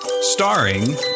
starring